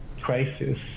crisis